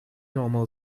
normal